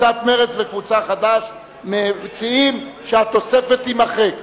קבוצת מרצ וקבוצת חד"ש מציעים שהתוספת תימחק.